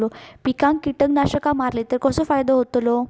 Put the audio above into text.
पिकांक कीटकनाशका मारली तर कसो फायदो होतलो?